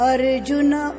Arjuna